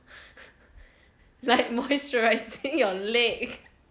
like moisturising your leg